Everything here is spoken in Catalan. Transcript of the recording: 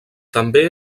també